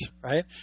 right